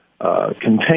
contain